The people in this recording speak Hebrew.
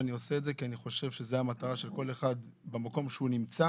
אני עושה את זה כי אני חושב שזו המטרה של כל אחד במקום שהוא נמצא